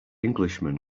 englishman